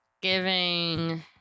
giving